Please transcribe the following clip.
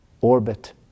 orbit